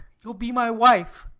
you'll be my wife?